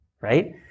right